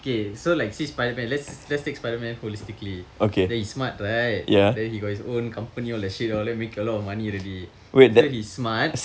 okay so like say spiderman let's let's take spiderman holistically then he smart right then he got his own company all that shit all then make a lot of money already so he's smart